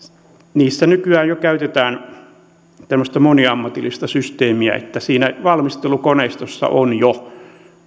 niissä nykyään jo käytetään tämmöistä moniammatillista systeemiä että siinä valmistelukoneistossa on jo